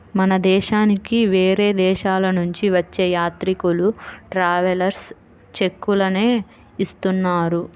మన దేశానికి వేరే దేశాలనుంచి వచ్చే యాత్రికులు ట్రావెలర్స్ చెక్కులనే ఇస్తున్నారు